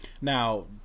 Now